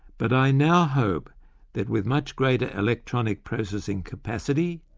but i now hope that with much greater electronic processing capacity,